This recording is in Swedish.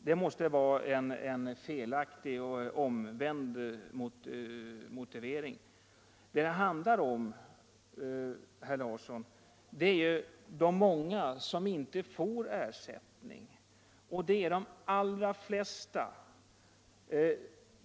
Det måste vara en felaktig och omvänd motivering. Vad det handlar om, herr Larsson, är de många som inte får någon ersättning. Och det är de allra flesta.